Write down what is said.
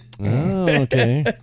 Okay